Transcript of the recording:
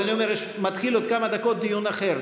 אבל אני אומר: מתחיל עוד כמה דקות דיון אחר.